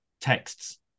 texts